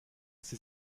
sie